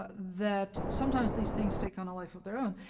ah that sometimes these things take on a life of their own.